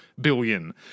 billion